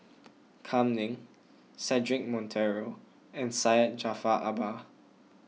Kam Ning Cedric Monteiro and Syed Jaafar Albar